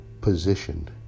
position